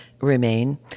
remain